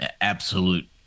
absolute